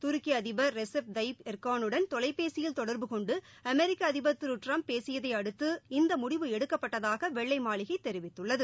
துருக்கி அதிபர் Recep Tayyip எர்டகோனுடன் தொலைபேசியில் தொடர்பு கொண்டு அமெரிக்க அதிபர் திரு ட்ரம்ப் பேசியதை அடுத்து இந்த முடிவு எடுக்கப்பட்டதாக வெள்ளை மாளிகை தெரிவித்துள்ளது